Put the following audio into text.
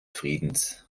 friedens